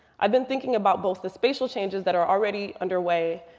i've been thinking about both the spatial changes that are already underway,